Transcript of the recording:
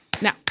Now